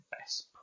best